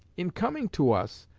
in coming to us,